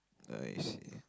I see